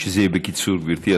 שזה יהיה בקיצור, גברתי.